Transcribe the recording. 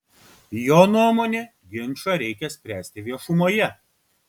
jo nuomone ginčą reikia spręsti viešumoje